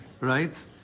right